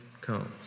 comes